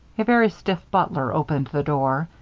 a very stiff butler opened the door,